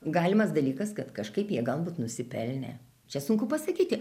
galimas dalykas kad kažkaip jie galbūt nusipelnė čia sunku pasakyti